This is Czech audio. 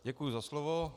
Děkuji za slovo.